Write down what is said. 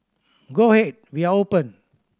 go ahead we are open